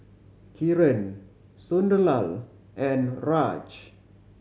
Kiran Sunderlal and Raj